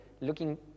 looking